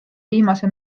viimase